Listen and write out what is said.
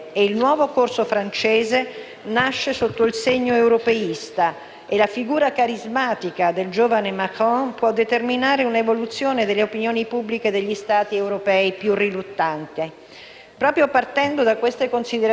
e la figura carismatica del giovane Macron può determinare un'evoluzione delle opinioni pubbliche degli Stati europei più riluttanti. Proprio partendo da queste considerazioni, ieri Anthony Giddens, intervistato da «la Repubblica»,